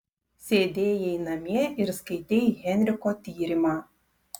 sėdėjai namie ir skaitei henriko tyrimą